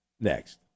Next